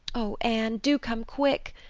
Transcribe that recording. oh, anne, do come quick,